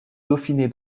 dauphiné